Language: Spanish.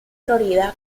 florida